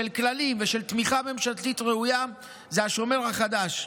של כללים ושל תמיכה ממשלתית ראויה, זה השומר החדש.